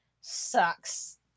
sucks